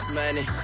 money